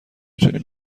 تونیم